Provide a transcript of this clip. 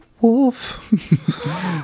wolf